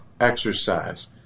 exercise